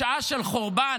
בשעה של חורבן,